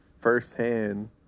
firsthand